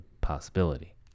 possibility